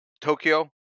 Tokyo